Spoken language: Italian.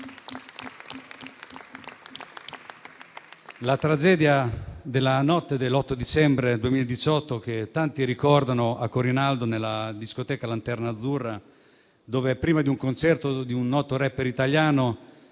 la tragedia della notte dell'8 dicembre 2018, a Corinaldo nella discoteca Lanterna Azzurra, dove, prima di un concerto di un noto *rapper* italiano,